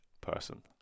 person